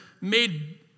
made